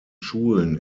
schulen